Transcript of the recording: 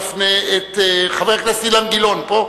חבר הכנסת גילאון פה?